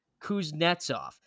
Kuznetsov